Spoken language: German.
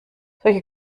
solche